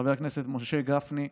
וחבר הכנסת משה גפני.